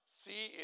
see